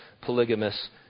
polygamous